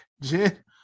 Jen